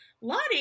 lottie